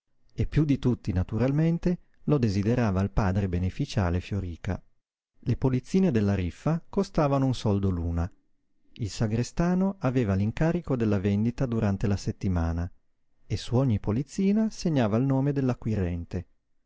e piú di tutti naturalmente lo desiderava il padre beneficiale fioríca le polizzine della riffa costavano un soldo l'una il sagrestano aveva l'incarico della vendita durante la settimana e su ogni polizzina segnava il nome